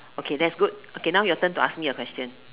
okay that's good now your turn to ask me a question